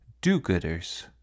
DO-GOODERS